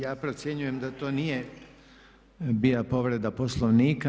Ja procjenjujem da to nije bila povreda Poslovnika.